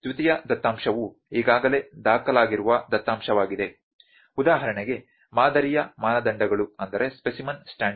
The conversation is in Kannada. ದ್ವಿತೀಯ ದತ್ತಾಂಶವು ಈಗಾಗಲೇ ದಾಖಲಾಗಿರುವ ದತ್ತಾಂಶವಾಗಿದೆ ಉದಾಹರಣೆಗೆ ಮಾದರಿಯ ಮಾನದಂಡಗಳು ಅವು ದ್ವಿತೀಯ ದತ್ತಾಂಶ